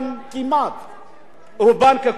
רובם ככולם נסגרו,